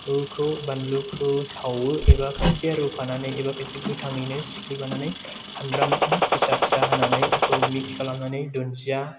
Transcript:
बानलुखौ सावो एबा खायसे रुफानानै एबा खायसे गोथाङैनो सिग्लिफानानै सामब्राम फिसा फिसा हानानै बेखौ मिक्स खालामनानै दुनदिया